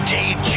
Dave